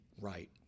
right